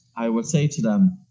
i will say to them,